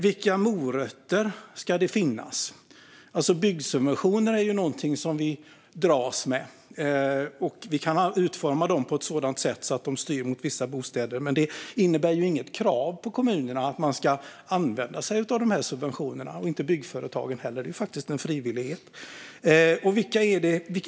Vilka morötter ska finnas? Byggsubventioner är någonting som vi dras med, och vi kan utforma dem på ett sådant sätt att de styr mot vissa typer av bostäder. Men det innebär inget krav på kommunerna eller byggföretagen att de ska använda sig av de här subventionerna, utan det finns faktiskt en frivillighet.